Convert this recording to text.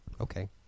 okay